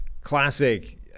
classic